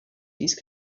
these